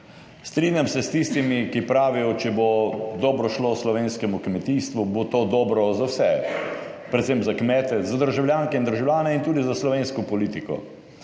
Strinjam se s tistimi, ki pravijo, če bo dobro šlo slovenskemu kmetijstvu, bo to dobro za vse, predvsem za kmete, za državljanke in državljane in tudi za slovensko politiko.